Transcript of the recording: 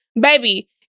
baby